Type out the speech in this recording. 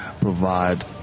provide